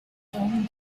term